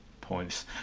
points